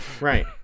Right